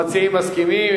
המציעים מסכימים.